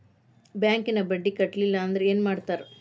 ಬ್ಯಾಂಕಿನ ಬಡ್ಡಿ ಕಟ್ಟಲಿಲ್ಲ ಅಂದ್ರೆ ಏನ್ ಮಾಡ್ತಾರ?